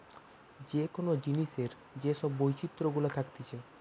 যে কোন জিনিসের যে সব বৈচিত্র গুলা থাকতিছে